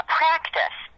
practice